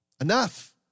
Enough